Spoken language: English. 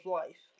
life